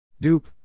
Dupe